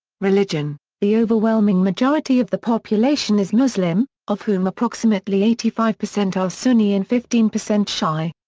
religion the overwhelming majority of the population is muslim, of whom approximately eighty five percent are sunni and fifteen percent shi'a.